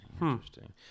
interesting